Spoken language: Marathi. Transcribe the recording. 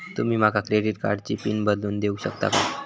तुमी माका क्रेडिट कार्डची पिन बदलून देऊक शकता काय?